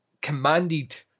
commanded